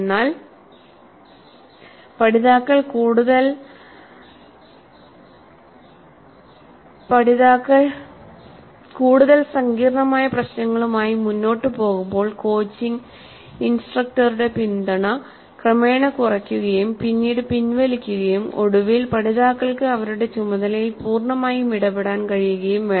എന്നാൽ പഠിതാക്കൾ കൂടുതൽ സങ്കീർണ്ണമായ പ്രശ്നങ്ങളുമായി മുന്നോട്ട് പോകുമ്പോൾ കോച്ചിംഗ് ഇൻസ്ട്രക്ടറുടെ പിന്തുണ ക്രമേണ കുറയ്ക്കുകയും പിന്നീട് പിൻവലിക്കുകയും ഒടുവിൽ പഠിതാക്കൾക്ക് അവരുടെ ചുമതലയിൽ പൂർണ്ണമായും ഇടപെടാൻ കഴിയുകയും വേണം